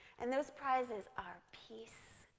and those prizes are peace,